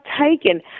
taken